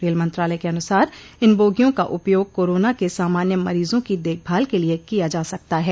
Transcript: rail मंत्रालय के अनुसार इन बोगियों का उपयोग कोरोना के सामान्य मरीजों की देखभाल के लिए किया जा सकता है